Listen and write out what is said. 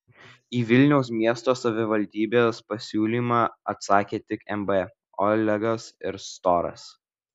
į vilniaus miesto savivaldybės pasiūlymą atsakė tik mb olegas ir storas